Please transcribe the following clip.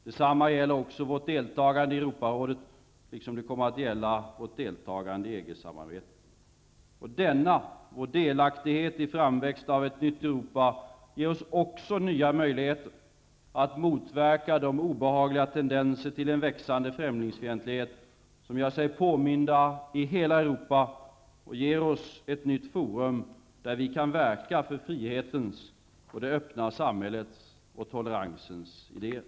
Detsamma gäller också vårt deltagande i Europarådet, liksom det kommer att gälla vårt deltagande i EG-samarbetet. Denna vår delaktighet i framväxten av ett nytt Europa ger oss också nya möjligheter att motverka de obehagliga tendenser till en växande främlingfientlighet som gör sig påminda i hela Europa och ger oss ett nytt forum, där vi kan verka för frihetens, det öppna samhällets och toleransens idéer.